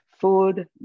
Food